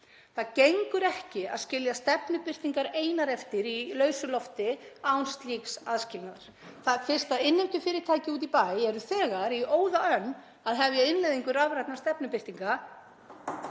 Það gengur ekki að skilja stefnubirtingar einar eftir í lausu lofti án slíks aðskilnaðar fyrst innheimtufyrirtæki úti í bæ eru þegar í óðaönn að hefja innleiðingu rafrænna stefnubirtinga.